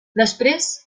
després